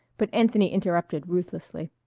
but anthony interrupted ruthlessly.